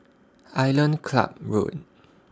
Island Club Road